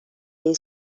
این